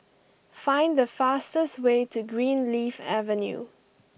find the fastest way to Greenleaf Avenue